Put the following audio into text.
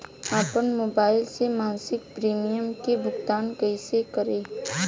आपन मोबाइल से मसिक प्रिमियम के भुगतान कइसे करि?